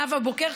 נאוה בוקר,